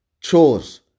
chores